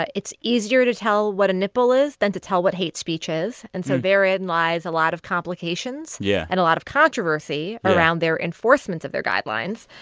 ah it's easier to tell what a nipple is than to tell what hate speech is. and so therein lies a lot of complications. yeah. and a lot of controversy. yeah. around their enforcement of their guidelines.